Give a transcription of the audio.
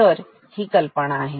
तरही कल्पना आहे